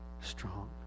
strong